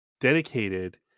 dedicated